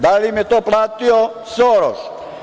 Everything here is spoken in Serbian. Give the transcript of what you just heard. Da li im je to platio Soroš?